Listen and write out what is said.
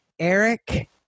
Eric